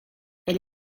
elle